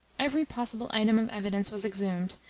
every possible item of evidence was exhumed,